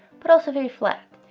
but also very flat.